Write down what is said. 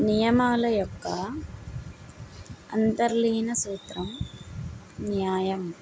నియమాల యొక్క అంతర్లీన సూత్రం న్యాయం